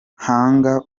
hanga